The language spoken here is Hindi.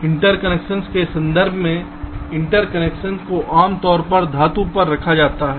इंटरकनेक्शंस के संदर्भ में इंटरकनेक्शंस को आमतौर पर धातु पर रखा जाता है